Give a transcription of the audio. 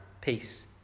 peace